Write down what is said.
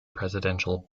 presidential